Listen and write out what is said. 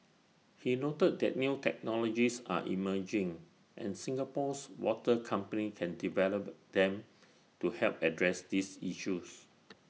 he noted that new technologies are emerging and Singapore's water companies can develop them to help address these issues